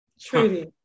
Truly